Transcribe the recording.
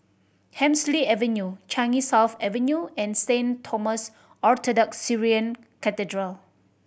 Hemsley Avenue Changi South Avenue and Saint Thomas Orthodox Syrian Cathedral